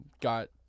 Got